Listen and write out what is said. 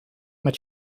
met